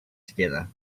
together